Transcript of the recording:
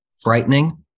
frightening